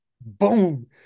boom